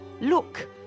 Look